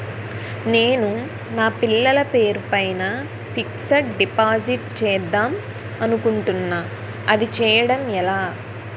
నేను నా పిల్లల పేరు పైన ఫిక్సడ్ డిపాజిట్ చేద్దాం అనుకుంటున్నా అది చేయడం ఎలా?